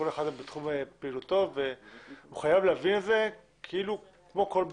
כל אחד בתחום פעילותו והוא חייב להבין את זה כמו כן בן